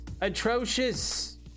atrocious